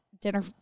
Dinner